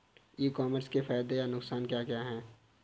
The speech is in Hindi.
ई कॉमर्स के फायदे या नुकसान क्या क्या हैं?